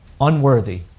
unworthy